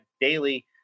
daily